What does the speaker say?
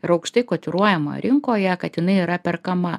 ir aukštai kotiruojama rinkoje kad jinai yra perkama